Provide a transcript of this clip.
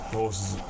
horses